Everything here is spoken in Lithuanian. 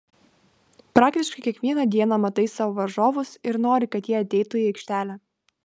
praktiškai kiekvieną dieną matai savo varžovus ir nori kad jie ateitų į aikštelę